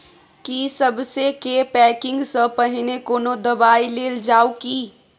की सबसे के पैकिंग स पहिने कोनो दबाई देल जाव की?